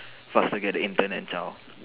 faster get the intern and job